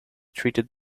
treated